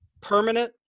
permanent